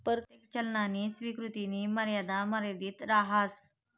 परतेक चलननी स्वीकृतीनी मर्यादा मर्यादित रहास